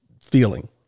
feeling